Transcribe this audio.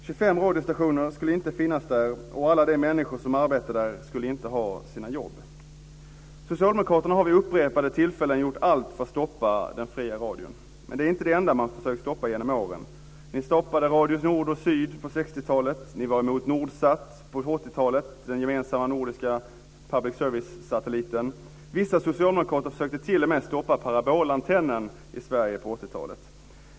25 radiostationer skulle inte finnas, och alla de människor som arbetar där skulle inte ha sina jobb. Socialdemokraterna har vid upprepade tillfällen gjort allt för att stopa den fria radion. Men det är inte det enda man försökt stoppa genom åren. Ni stoppade Radio nord och Radio syd på 1960-talet. Ni var emot NORDSAT på 1980-talet, den gemensamma nordiska public service-satelliten. Vissa socialdemokrater försökte t.o.m. stoppa parabolantennen i Sverige på 1980-talet.